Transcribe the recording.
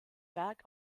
werk